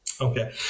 Okay